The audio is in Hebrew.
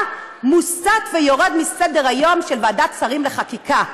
מוסט ויורד מסדר-היום של ועדת השרים לחקיקה.